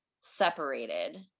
separated